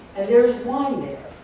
and there's wine there.